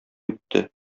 үтте